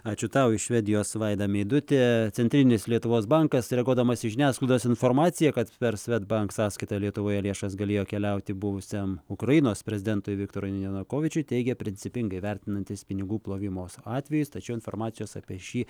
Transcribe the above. ačiū tau iš švedijos vaida meidutė centrinis lietuvos bankas reaguodamas į žiniasklaidos informaciją kad per svedbank sąskaitą lietuvoje lėšas galėjo keliauti buvusiam ukrainos prezidentui viktorui janukovyčiui teigia principingai vertinantis pinigų plovimos atvejis tačiau informacijos apie šį